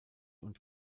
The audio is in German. und